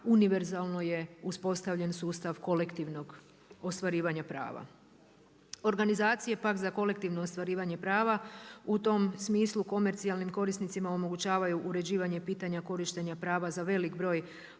univerzalno je uspostavljen sustav kolektivnog ostvarivanja prava. Organizacije pak za kolektivno ostvarivanje prava u tom smislu komercijalnim korisnicima omogućavaju uređivanje pitanja korištenja prava za velik broj